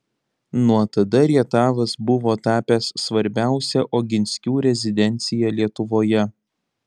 nuo tada rietavas buvo tapęs svarbiausia oginskių rezidencija lietuvoje